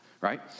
right